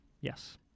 Yes